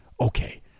Okay